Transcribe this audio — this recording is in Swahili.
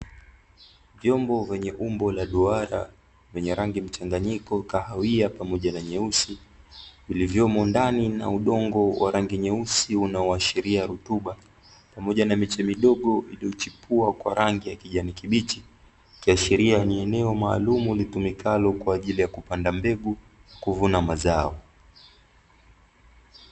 Vyombo vyenye umbo la duara, vyenye rangi mchanganyiko; kahawia pamoja na nyeusi, vilivyomo ndani, na udongo wa rangi nyeusi unaoashiria rutuba pamoja na miche midogo iliyochipua kwa rangi ya kijani kibichi. Likiashiria ni eneo maalumu litumikalo kwa ajili ya kupanda mbegu, kuvuna mazao.